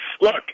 Look